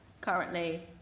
currently